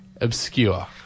obscure